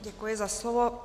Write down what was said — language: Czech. Děkuji za slovo.